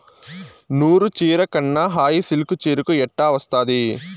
నూరు చీరకున్న హాయి సిల్కు చీరకు ఎట్టా వస్తాది